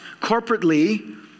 corporately